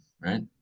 right